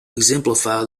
exemplify